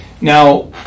now